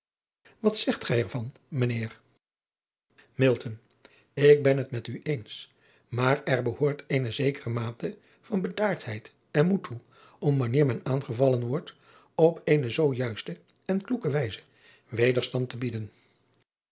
at zegt gij er van mijn eer k ben het met u eens maar er behoort eene zekere mate van bedaardheid en moed toe om wanneer men aangevallen wordt op eene zoo juiste en kloeke wijze wederstand te bieden